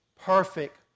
perfect